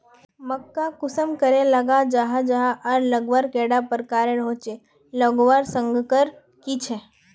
मक्का कुंसम करे लगा जाहा जाहा आर लगवार कैडा प्रकारेर होचे लगवार संगकर की झे?